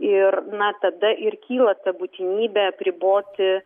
ir na tada ir kyla ta būtinybė apriboti